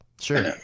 sure